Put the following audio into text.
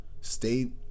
stay